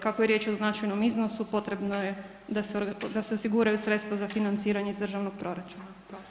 Kako je riječ o značajnom iznosu potrebno je da se osiguraju sredstava za financiranje iz državnog proračuna.